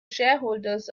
shareholders